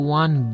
one